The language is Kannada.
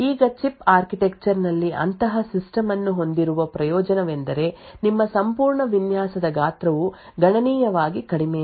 ಈಗ ಚಿಪ್ ಆರ್ಕಿಟೆಕ್ಚರ್ ನಲ್ಲಿ ಅಂತಹ ಸಿಸ್ಟಮ್ ಅನ್ನು ಹೊಂದಿರುವ ಪ್ರಯೋಜನವೆಂದರೆ ನಿಮ್ಮ ಸಂಪೂರ್ಣ ವಿನ್ಯಾಸದ ಗಾತ್ರವು ಗಣನೀಯವಾಗಿ ಕಡಿಮೆಯಾಗಿದೆ